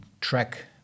track